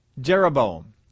Jeroboam